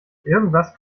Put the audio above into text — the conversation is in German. irgendwas